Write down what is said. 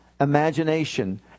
imagination